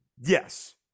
Yes